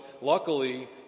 luckily